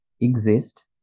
exist